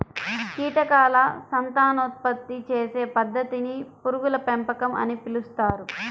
కీటకాల సంతానోత్పత్తి చేసే పద్ధతిని పురుగుల పెంపకం అని పిలుస్తారు